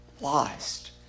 lost